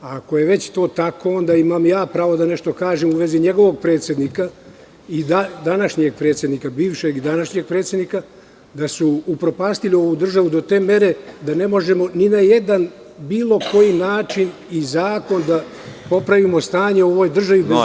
Ako je već to tako, onda imam i ja pravo da nešto kažem u vezi njegovom predsednika i današnjeg predsednika, bivšeg i današnjeg predsednika, da su upropastili ovu državu do te mere da ne možemo ni na jedan bilo koji način i zakon da popravimo stanje u ovoj državi, bez obzira